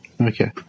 okay